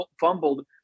fumbled